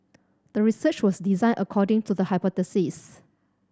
the research was designed according to the hypothesis